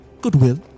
goodwill